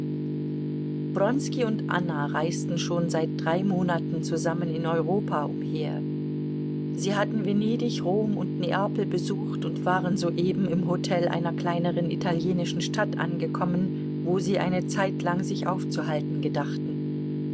und anna reisten schon seit drei monaten zusammen in europa umher sie hatten venedig rom und neapel besucht und waren soeben im hotel einer kleineren italienischen stadt angekommen wo sie eine zeitlang sich aufzuhalten gedachten